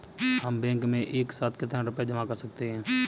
हम बैंक में एक साथ कितना रुपया जमा कर सकते हैं?